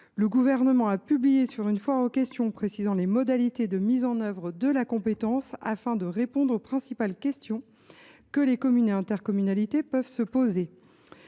Le Gouvernement a précisé, sur une foire aux questions, les modalités de mise en œuvre de la compétence, afin de répondre aux principales questions que les communes et intercommunalités peuvent se poser.